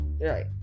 Right